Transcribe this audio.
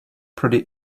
pretty